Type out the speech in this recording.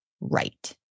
right